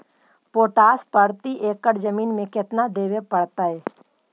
Potash प्रति एकड़ जमीन में केतना देबे पड़तै?